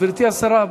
גברתי השרה,